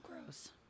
gross